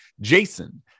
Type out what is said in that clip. Jason